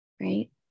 right